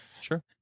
Sure